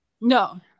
no